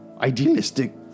idealistic